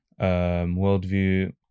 worldview